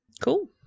Cool